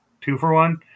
two-for-one